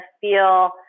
feel